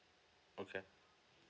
okay